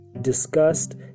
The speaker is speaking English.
disgust